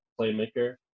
playmaker